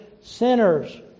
sinners